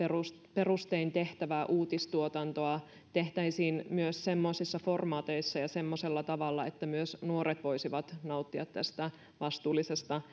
perustein tehtävää uutistuotantoa tehtäisiin myös semmoisissa formaateissa ja semmoisella tavalla että myös nuoret voisivat nauttia tästä vastuullisesta